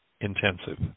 intensive